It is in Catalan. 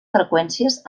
freqüències